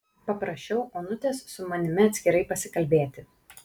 paprašiau onutės su manimi atskirai pasikalbėti